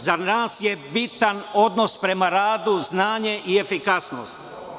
Za nas je bitan odnos prema radu, znanje i efikasnost.